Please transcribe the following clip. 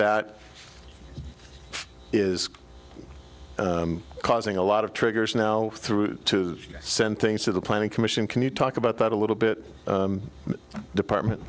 that is causing a lot of triggers now through to send things to the planning commission can you talk about that a little bit department